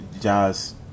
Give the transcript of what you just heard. jazz